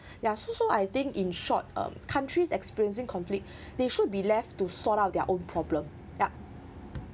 ya so so I think in short um countries experiencing conflict they should be left to sort out their own problem yup